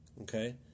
okay